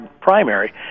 primary